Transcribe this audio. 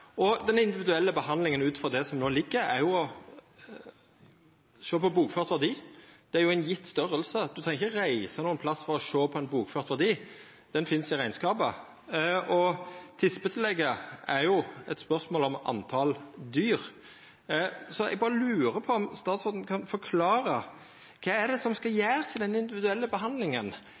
dei. Den individuelle behandlinga er jo – ut ifrå det som ligg føre no – å sjå på bokført verdi. Det er ein størrelse som er gjeve. Ein treng ikkje reisa nokon plass for å sjå ein bokført verdi. Den finst i rekneskapen. Og tispetillegget er jo eit spørsmål om talet på dyr. Eg berre lurer på om statsråden kan forklara kva som skal gjerast i den individuelle behandlinga.